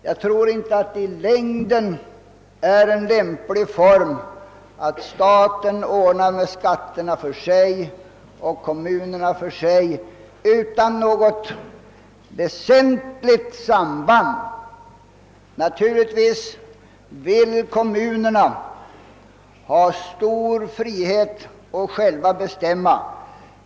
Jag tror inte att det i längden är lämpligt, att staten ordnar med skatterna för sig och kommunerna för sig utan något väsentligt samband. Naturligtvis vill kommunerna ha stor frihet att själva bestämma.